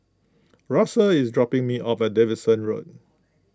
Russel is dropping me off at Davidson Road